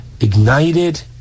ignited